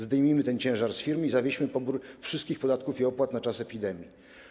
Zdejmijmy ten ciężar z firm i zawieśmy pobór wszystkich podatków i opłat na czas epidemii.